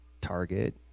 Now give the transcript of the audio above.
Target